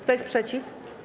Kto jest przeciw?